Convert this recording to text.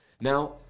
Now